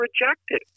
rejected